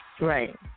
Right